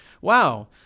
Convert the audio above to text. wow